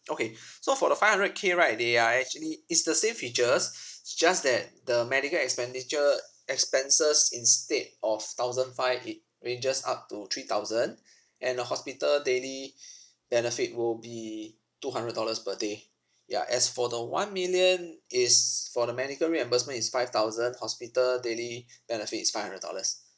okay so for the five hundred K right they are actually is the same features is just that the medical expenditure expenses instead of thousand five it ranges up to three thousand and the hospital daily benefit will be two hundred dollars per day ya as for the one million is for the medical reimbursement is five thousand hospital daily benefit is five hundred dollars